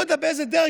לא יודע באיזה דרג,